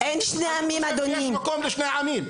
כי אני חושב שיש מקום לשניהם.